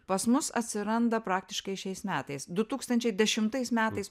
pas mus atsiranda praktiškai šiais metais du tūkstančiai dešimtais metais